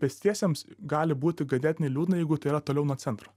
pėstiesiems gali būti ganėtinai liūdna jeigu tai yra toliau nuo centro